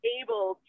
able